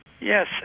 Yes